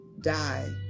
die